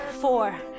four